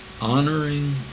honoring